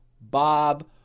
Bob